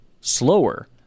slower